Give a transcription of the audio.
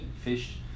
fish